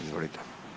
Izvolite.